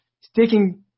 sticking –